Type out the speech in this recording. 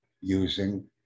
using